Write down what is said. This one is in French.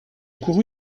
couru